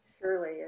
surely